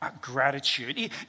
gratitude